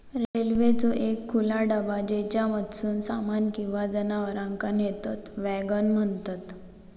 रेल्वेचो एक खुला डबा ज्येच्यामधसून सामान किंवा जनावरांका नेतत वॅगन म्हणतत